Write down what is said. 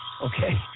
okay